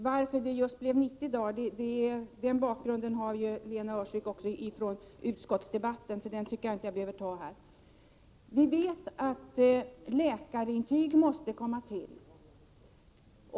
Varför det blev just 90 dagar behandlades ju i utskottet, varför jag tycker att det är onödigt att beröra den saken nu. Vi vet att läkarintyg måste komma till.